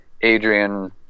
Adrian